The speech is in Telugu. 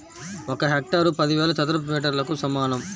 ఒక హెక్టారు పదివేల చదరపు మీటర్లకు సమానం